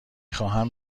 خواهم